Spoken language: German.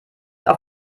auf